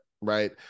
right